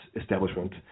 establishment—